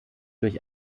durch